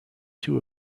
two